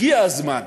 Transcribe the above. הגיע הזמן